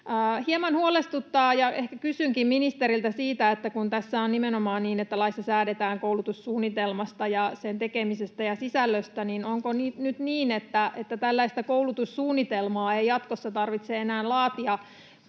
Hieman huolestuttaa, ja ehkä kysynkin ministeriltä siitä, että kun tässä on nimenomaan niin, että laissa säädetään koulutussuunnitelmasta ja sen tekemisestä ja sisällöstä, niin onko nyt niin, että tällaista koulutussuunnitelmaa ei jatkossa tarvitse enää laatia